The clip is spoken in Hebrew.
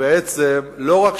ובעצם לא רק